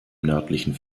nördlichen